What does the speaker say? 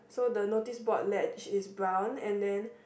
so the noticeboard latch is brown and then